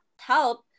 help